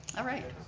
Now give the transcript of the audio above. alright.